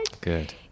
good